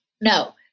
No